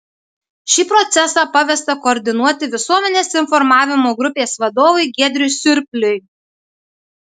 šį procesą pavesta koordinuoti visuomenės informavimo grupės vadovui giedriui surpliui